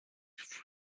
fut